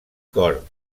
cor